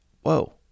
whoa